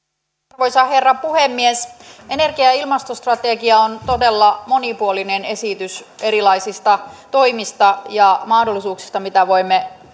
arvoisa herra puhemies energia ja ilmastostrategia on todella monipuolinen esitys erilaisista toimista ja mahdollisuuksista mitä voimme